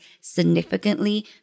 significantly